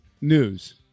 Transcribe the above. news